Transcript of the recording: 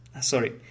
Sorry